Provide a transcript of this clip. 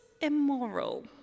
immoral